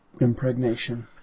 impregnation